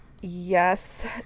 Yes